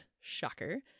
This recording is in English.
Shocker